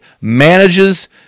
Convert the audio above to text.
manages